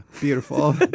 beautiful